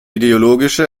ideologische